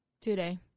Today